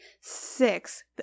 six